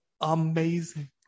amazing